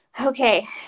Okay